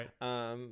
right